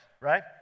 right